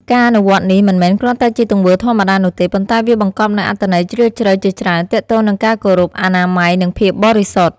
ការអនុវត្តនេះមិនមែនគ្រាន់តែជាទង្វើធម្មតានោះទេ ប៉ុន្តែវាបង្កប់នូវអត្ថន័យជ្រាលជ្រៅជាច្រើនទាក់ទងនឹងការគោរព អនាម័យ និងភាពបរិសុទ្ធ។